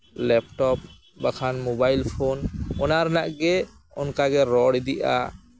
laptop ᱵᱟᱠᱷᱟᱱ mobile phone ᱚᱱᱟ ᱨᱮᱱᱟᱜ ᱜᱮ ᱚᱱᱠᱟᱜᱮ ᱨᱚᱲ ᱤᱫᱤᱜᱼᱟ